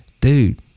dude